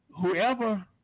whoever